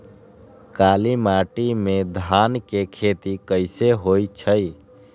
काली माटी में धान के खेती कईसे होइ छइ?